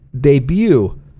debut